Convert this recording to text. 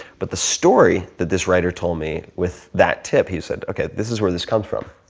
but the story that this writer told me with that tip, he said, okay this is where this comes from.